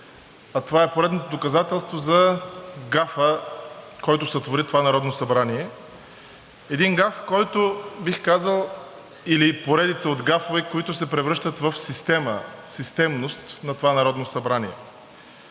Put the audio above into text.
Това е поредното доказателство за гафа, който сътвори това Народно събрание. Един гаф или поредица от гафове, които, бих казал, се превръщат в система, в системност на това Народно събрание.